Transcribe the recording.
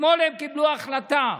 אתמול הם קיבלו החלטה,